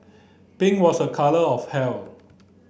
pink was a colour of health